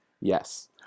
Yes